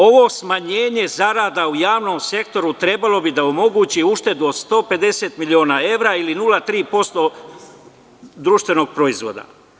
Ovo smanjenje zarada u javnom sektoru trebalo bi da omogući uštedu od 150 miliona evra ili 0,3% društvenog proizvoda.